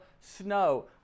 snow